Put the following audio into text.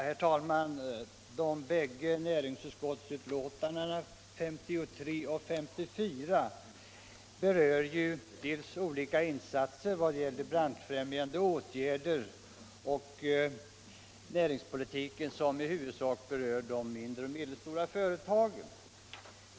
Herr talman! Näringsutskottets betänkanden 53 och 54 berör dels olika branschfrämjande åtgärder, dels näringspolitiken, i huvudsak för de mindre och medelstora företagen.